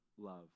love